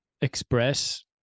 express